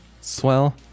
Swell